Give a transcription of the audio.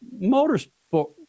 Motorsport